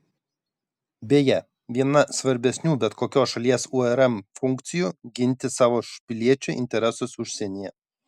beje viena svarbesnių bet kokios šalies urm funkcijų ginti savo piliečių interesus užsienyje